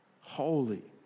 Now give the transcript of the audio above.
Holy